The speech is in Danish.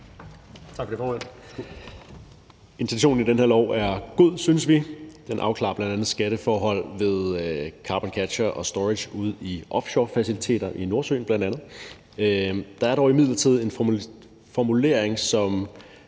Tak for det, formand.